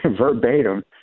verbatim